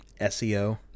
SEO